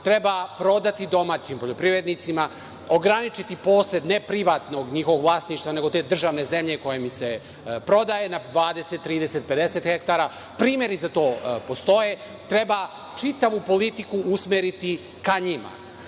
treba prodati domaćim poljoprivrednicima, ograničiti posed, neprivatnog vlasništva, njihovog vlasništva, nego te državne zemlje koja se prodaje na 20, 30, 50 hektara. Primeri za to postoje. Treba čitavu politiku usmeriti ka